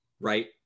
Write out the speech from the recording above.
right